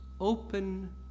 open